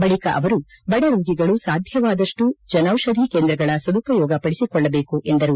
ಬಳಿಕ ಅವರು ಬಡ ರೋಗಿಗಳು ಸಾಧ್ಯವಾದಷ್ಟು ಜನೌಷಧಿ ಕೇಂದ್ರಗಳ ಸದುಪಯೋಗ ಪಡಿಸಿಕೊಳ್ಳಬೇಕು ಎಂದರು